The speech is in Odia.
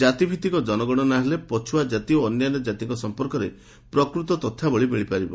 ଜାତି ଭିତ୍ତିକ ଜନଗଣନା ହେଲେ ପଛୁଆ ଜାତି ଓ ଅନ୍ୟାନ୍ୟ ଜାତିଙ୍କ ସଂପର୍କରେ ପ୍ରକୃତ ତଥ୍ୟାବଳି ମିଳିପାରିବ